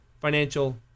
financial